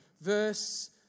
Verse